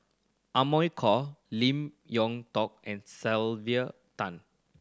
Amy Khor Lim Yew Hock and Sylvia Tan